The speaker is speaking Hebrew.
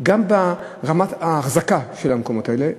גם ברמת האחזקה של המקומות האלה.